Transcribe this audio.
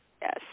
Yes